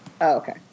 okay